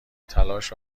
تلاش